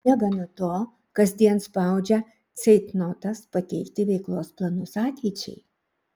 negana to kasdien spaudžia ceitnotas pateikti veiklos planus ateičiai